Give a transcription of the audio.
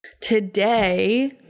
Today